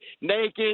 naked